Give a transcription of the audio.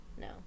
No